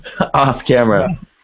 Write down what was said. off-camera